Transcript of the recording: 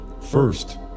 First